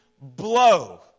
blow